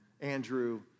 Andrew